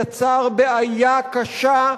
יצר בעיה קשה,